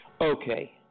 Okay